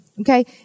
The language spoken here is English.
Okay